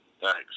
Thanks